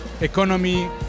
economy